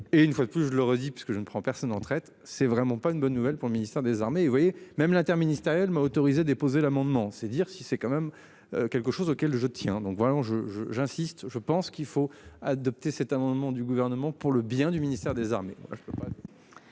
et une fois de plus, je le redis parce que je ne prends personne en traître. C'est vraiment pas une bonne nouvelle pour le ministère des Armées. Vous voyez même l'interministériel m'a autorisé déposé l'amendement. C'est dire si c'est quand même quelque chose auquel je tiens donc voilà je, je, j'insiste, je pense qu'il faut adopter cet amendement du gouvernement pour le bien du ministère des Armées.